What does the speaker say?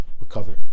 recover